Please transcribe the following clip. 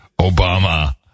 Obama